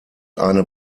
eine